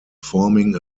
forming